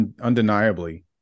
undeniably